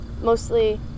mostly